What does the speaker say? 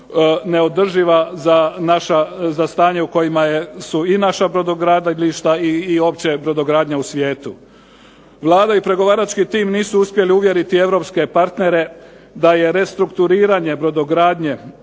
neodrživa za stanje u kojima su i naša brodogradilišta i uopće brodogradnja u svijetu. Vlada i pregovarački tim nisu uspjeli uvjeriti europske partnere da je restrukturiranje brodogradnje